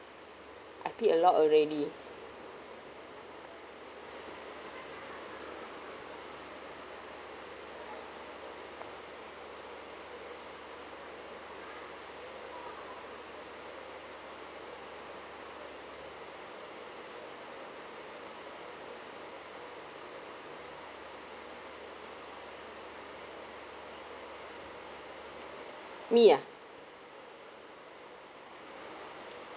I pick a lot already me ah